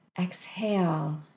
Exhale